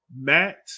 Matt